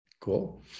Cool